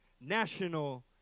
national